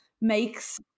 makes